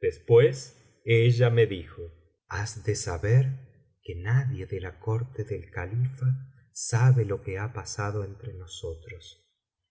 después ella me dijo has de saber que nadie de la corte del califa sabe lo que ha pasado entre nosotros